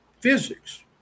physics